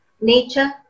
Nature